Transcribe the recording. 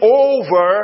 over